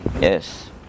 Yes